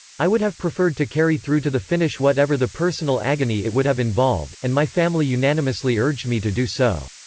i would have preferred to carry through to the finish whatever the personal agony it would have involved, and my family unanimously urged me to do so.